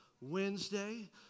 Wednesday